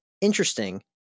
Interesting